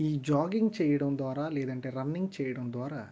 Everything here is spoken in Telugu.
ఈ జాగింగ్ చేయడం ద్వారా లేదంటే రన్నింగ్ చేయడం ద్వారా